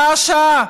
שעה-שעה,